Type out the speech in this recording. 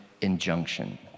injunction